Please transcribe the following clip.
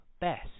best